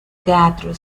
teatro